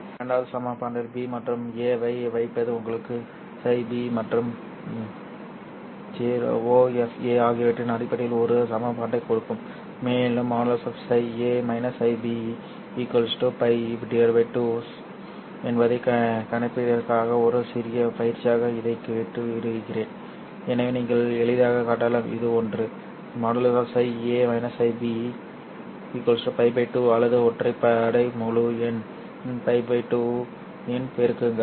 எனவே இரண்டாவது சமன்பாட்டில் b மற்றும் a ஐ வைப்பது உங்களுக்கு ϕb மற்றும் ofa ஆகியவற்றின் அடிப்படையில் ஒரு சமன்பாட்டைக் கொடுக்கும் மேலும் | ϕa ϕb | π 2 என்பதைக் காண்பிப்பதற்கான ஒரு சிறிய பயிற்சியாக இதை விட்டு விடுகிறேன் சரி எனவே நீங்கள் எளிதாகக் காட்டலாம் இது ஒன்று | ϕa ϕb | π 2 அல்லது ஒற்றைப்படை முழு எண் π 2 இன் பெருக்கங்கள்